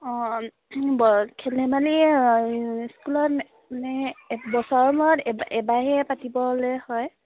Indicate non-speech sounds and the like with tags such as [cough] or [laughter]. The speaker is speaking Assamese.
অঁ [unintelligible] খেল ধেমালি স্কুলত মানে বছৰৰ মূৰত এবাৰহে পাতিবলৈ হয়